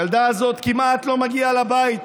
הילדה הזאת כמעט לא מגיעה הביתה.